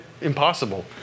impossible